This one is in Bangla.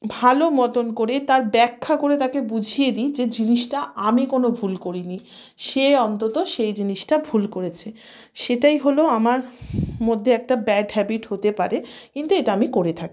ভালো মতন করে তার ব্যাখ্যা করে তাকে বুঝিয়ে দিই যে জিনিসটা আমি কোনো ভুল করিনি সে অন্তত সেই জিনিসটা ভুল করেছে সেটাই হল আমার মধ্যে একটা ব্যাড হ্যাবিট হতে পারে কিন্তু এটা আমি করে থাকি